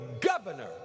governor